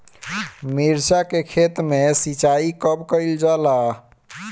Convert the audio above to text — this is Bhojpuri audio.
मिर्चा के खेत में सिचाई कब कइल जाला?